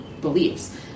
beliefs